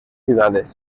ciudades